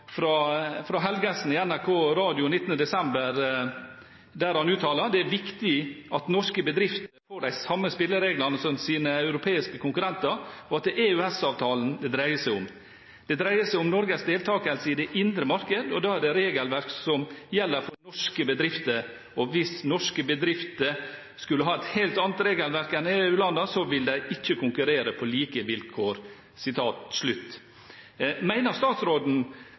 fra statsråd Helgesen i NRK Radio 19. desember, der han uttaler: «Det er viktig at norske bedrifter får de samme spillereglene som sine europeiske konkurrenter, og det er det EØS-avtalen dreier seg om. Det dreier seg om Norges deltakelse i det indre marked, og da er det regelverk som gjelder for norske bedrifter, og hvis norske bedrifter skulle ha et helt annet regelverk enn EU-landene så vil de ikke konkurrere på like vilkår.»